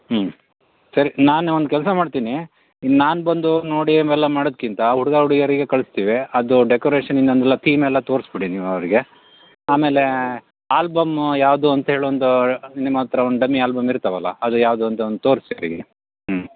ಹ್ಞೂ ಸರಿ ನಾನು ಒಂದು ಕೆಲಸ ಮಾಡ್ತೀನಿ ನಾನು ಬಂದು ನೋಡಿ ಅವೆಲ್ಲ ಮಾಡೋದಕ್ಕಿಂತ ಹುಡುಗ ಹುಡುಗಿಯರಿಗೆ ಕಳಿಸ್ತೀವಿ ಅದು ಡೆಕೋರೇಷನಿಂದು ಅದೆಲ್ಲ ತೀಮ್ ಎಲ್ಲ ತೋರಿಸ್ಬಿಡಿ ನೀವು ಅವರಿಗೆ ಆಮೇಲೆ ಆಲ್ಬಮ್ಮು ಯಾವುದು ಅಂತೇಳಿ ಒಂದು ನಿಮ್ಮತ್ತಿರ ಒಂದು ಡಮ್ಮಿ ಆಲ್ಬಮ್ ಇರುತ್ತವಲ್ಲ ಅದು ಯಾವುದು ಅಂತ ಒಂದು ತೋರಿಸಿ ಅವರಿಗೆ ಹ್ಞೂ